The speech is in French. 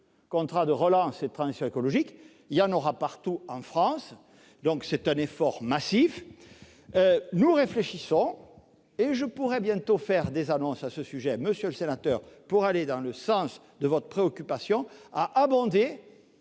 contrats de relance et de transition écologique (CRTE) : il y en aura partout en France. Il s'agit là d'un effort massif. Nous réfléchissons, et je pourrai bientôt faire des annonces à ce sujet, monsieur le sénateur, pour aller dans le sens de votre préoccupation, à abonder